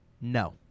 No